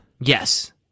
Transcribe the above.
Yes